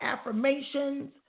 affirmations